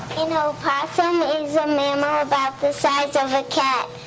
you know opossum is a mammal about the size of a cat.